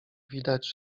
widać